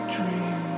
Dream